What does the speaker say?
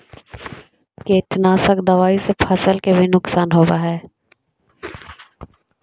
कीटनाशक दबाइ से फसल के भी नुकसान होब हई का?